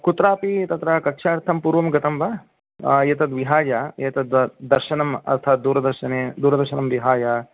कुत्रापि तत्र कक्षार्थं पूर्वं गतं वा एतद् विहाय एतत् दर्शनम् अर्थात् दूरदर्शने दूरदर्शनं विहाय